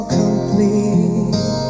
complete